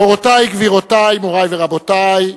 מורותי, גבירותי, מורי ורבותי,